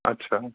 अच्छा